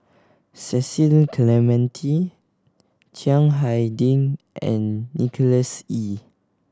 Cecil Clementi Chiang Hai Ding and Nicholas Ee